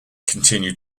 continue